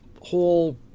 whole